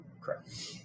Correct